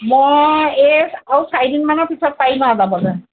মই এই আৰু চাৰিদিনমানৰ পিছত পাৰিম আৰু যাবলৈ